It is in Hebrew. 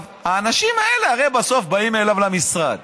הרי בסוף האנשים האלה באים אליו למשרד,